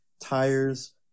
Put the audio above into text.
tires